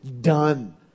done